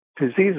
diseases